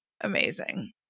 amazing